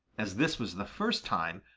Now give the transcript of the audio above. as this was the first time,